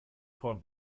korn